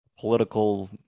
political